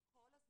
אמרנו,